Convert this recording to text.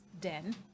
den